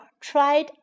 tried